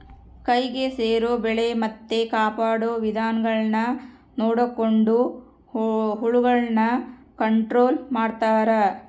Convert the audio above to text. ಕೈಗೆ ಸೇರೊ ಬೆಳೆ ಮತ್ತೆ ಕಾಪಾಡೊ ವಿಧಾನಗುಳ್ನ ನೊಡಕೊಂಡು ಹುಳಗುಳ್ನ ಕಂಟ್ರೊಲು ಮಾಡ್ತಾರಾ